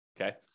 okay